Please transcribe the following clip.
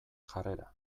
jarrera